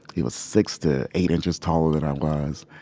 he was six to eight inches taller than i was.